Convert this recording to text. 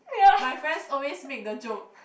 my friends always make the joke